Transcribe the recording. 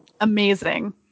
Amazing